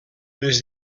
les